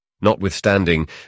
Notwithstanding